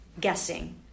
guessing